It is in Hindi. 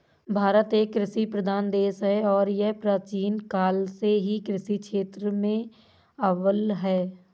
भारत एक कृषि प्रधान देश है और यह प्राचीन काल से ही कृषि क्षेत्र में अव्वल है